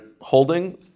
holding